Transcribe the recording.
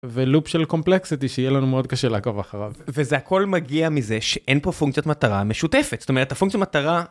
ולופ של קומפלקסיטי שיהיה לנו מאוד קשה לעקוב אחריו וזה הכל מגיע מזה שאין פה פונקציית מטרה משותפת זאת אומרת הפונקציה מטרה.